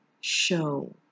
show